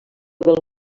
del